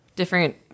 Different